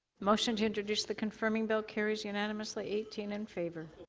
motion to introduce the confirming bill carres unanimous ly eighteen in favor.